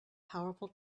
powerful